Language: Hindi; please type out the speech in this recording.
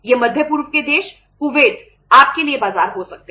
ये मध्य पूर्व के देश कुवैत आपके लिए बाजार हो सकते हैं